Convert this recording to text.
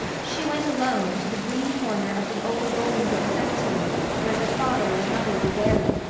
she went alone to the green corner of the old bolingbroke cemetery where her father and mother were buried,